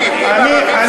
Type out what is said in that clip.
נגד מחבלים.